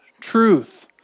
truth